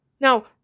Now